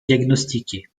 diagnostiqué